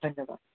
ধন্যবাদ